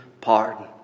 pardon